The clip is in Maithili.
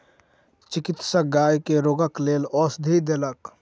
चिकित्सक गाय के रोगक लेल औषधि देलक